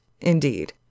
Indeed